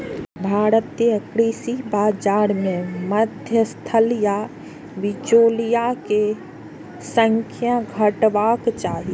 भारतीय कृषि बाजार मे मध्यस्थ या बिचौलिया के संख्या घटेबाक चाही